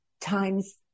times